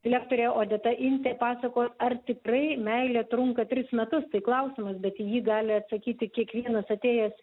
lektorė odeta intė pasakos ar tikrai meilė trunka tris metus tai klausimas bet į ji gali atsakyti kiekvienas atėjęs